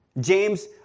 James